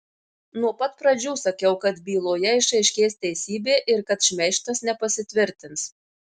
nuo pat pradžių sakiau kad byloje išaiškės teisybė ir kad šmeižtas nepasitvirtins